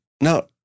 no